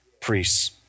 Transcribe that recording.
priests